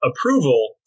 approval